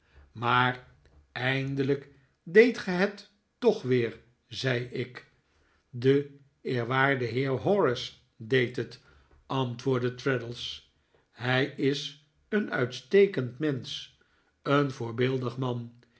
maar eindelijk deedt ge het toch weer zei ik de eerwaarde heer horace deed het antwoordde traddles hij is een uitstekend mensch een voorbeeldig man